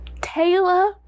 Taylor